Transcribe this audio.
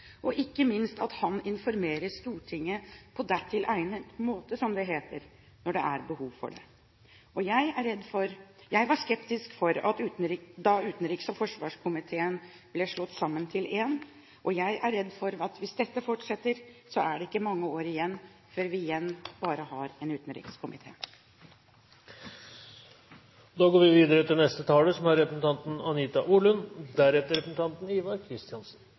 og ikke minst at han informerer Stortinget på dertil egnet måte – som det heter – når det er behov for det. Jeg var skeptisk da utenrikskomiteen og forsvarskomiteen ble slått sammen til én, og jeg er redd for at hvis dette fortsetter, er det ikke mange år igjen før vi bare har en utenrikskomité igjen. Med regjeringens forslag til